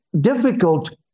difficult